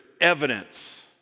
evidence